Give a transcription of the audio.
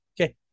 Okay